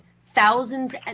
thousands